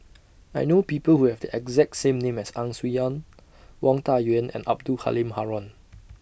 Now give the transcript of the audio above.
I know People Who Have The exact same name as Ang Swee Aun Wang Dayuan and Abdul Halim Haron